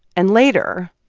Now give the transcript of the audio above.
and later,